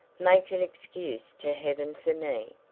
make an excuse to heaven for me,